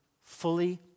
fully